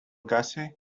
gussie